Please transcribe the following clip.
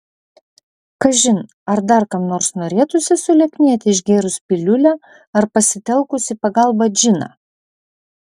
kažin ar dar kam norėtųsi sulieknėti išgėrus piliulę ar pasitelkus į pagalbą džiną